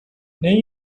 new